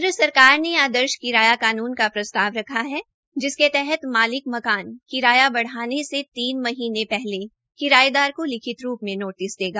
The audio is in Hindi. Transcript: केन्द्र सरकर ने आदर्श किराया कानून का प्रस्ताव रखा है जिसके तहत मलिक मकान किराया बढ़ाने से तीन महीने पहले किरायेदार को लिखित रूप से नोटिस देगा